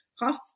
half